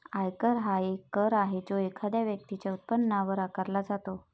आयकर हा एक कर आहे जो एखाद्या व्यक्तीच्या उत्पन्नावर आकारला जातो